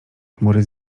chmury